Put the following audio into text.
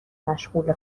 مشغول